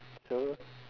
so